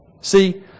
See